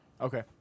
Okay